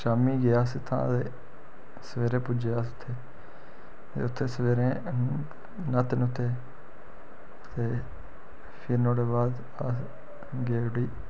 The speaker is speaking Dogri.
शाम्मी गे अस इत्थुआं ते सवेरे पुज्जे अस उत्थें ते उत्थें सवेरे न्हाते न्हुते ते फिर नुआढ़े बाद अस गे उठी